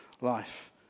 life